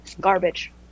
Garbage